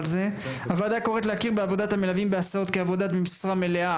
הוועדה קוראת להכיר בעבודת המלווים בהסעות כעבודה במשרה מלאה,